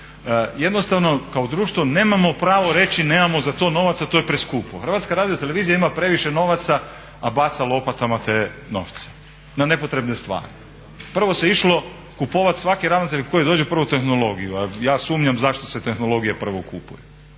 Jednostavno kao društvo nemamo pravo reći nemamo za to novaca to je preskupo. Hrvatska radiotelevizija ima previše novaca, a baca lopatama te novce na nepotrebne stvari. Prvo se išlo kupovati svaki ravnatelj koji dođe prvo tehnologiju, a ja sumnjam zašto se tehnologija prvo kupuje,